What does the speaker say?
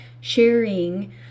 sharing